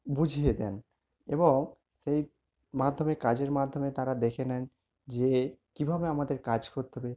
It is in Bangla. বুঝিয়ে দেন এবং সেই মাধ্যমে কাজের মাধ্যমে তারা দেখে নেন যে কীভাবে আমাদের কাজ করতে হবে